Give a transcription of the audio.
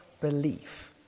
belief